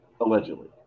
Allegedly